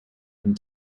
and